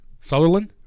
Sutherland